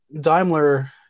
Daimler